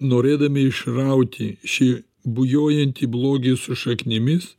norėdami išrauti šį bujojantį blogį su šaknimis